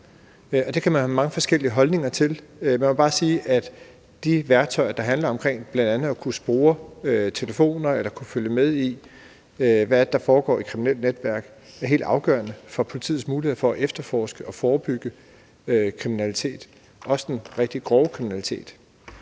Det kan man have mange forskellige holdninger til. Man må bare sige, at de værktøjer, der handler om bl.a. at kunne spore telefoner eller kunne følge med i, hvad det er, der foregår i kriminelle netværk, er helt afgørende for politiets mulighed for at efterforske og forebygge kriminalitet, også den rigtig grove kriminalitet.